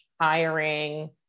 Hiring